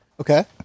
Okay